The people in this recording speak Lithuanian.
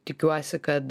tikiuosi kad